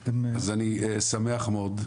אז אני שמח מאוד,